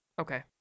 Okay